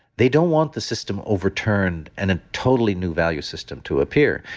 they don't want the system overturned and a totally new value system to appear.